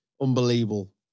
Unbelievable